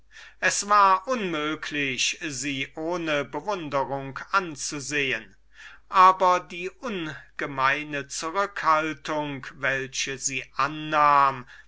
es war unmöglich sie ohne bewunderung anzusehen aber die ungemeine zurückhaltung welche sie affektierte